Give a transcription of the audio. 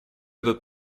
этот